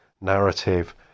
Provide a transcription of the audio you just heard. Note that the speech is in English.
narrative